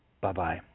Bye-bye